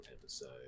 episode